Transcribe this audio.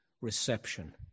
reception